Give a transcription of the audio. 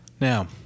Now